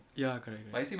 ya correct correct